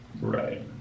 Right